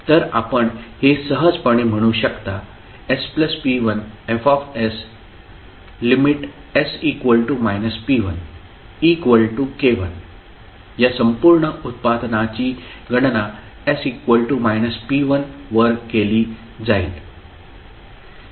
तर आपण हे सहजपणे म्हणू शकता sp1Fs।s p1k1 या संपूर्ण उत्पादनाची गणना s−p1 वर केली जाईल